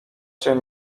się